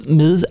med